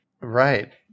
Right